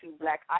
Black